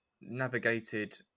navigated